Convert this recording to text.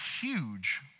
huge